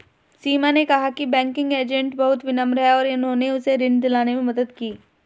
सीमा ने कहा कि बैंकिंग एजेंट बहुत विनम्र हैं और उन्होंने उसे ऋण दिलाने में मदद की